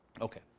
Okay